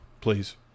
please